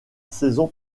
saison